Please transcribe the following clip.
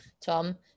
Tom